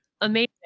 Amazing